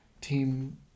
team